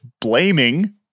blaming